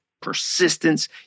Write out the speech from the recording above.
persistence